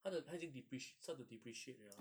他的他已经 deprec~ start to depreciate liao